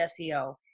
SEO